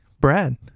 Brad